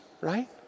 right